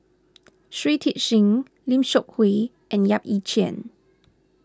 Shui Tit Sing Lim Seok Hui and Yap Ee Chian